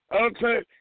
Okay